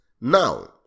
now